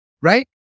right